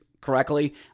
correctly